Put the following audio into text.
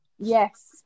Yes